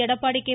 Edappadi K